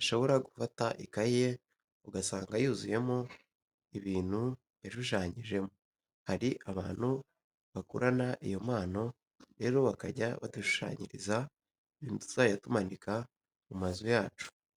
ushobora gufata ikayi ye ugasanga yuzuyemo ibintu yashushanyijemo. Hari abantu bakurana iyo mpano rero bakajya badushushanyiriza ibintu tuzajya tumanika mu mazu yacu.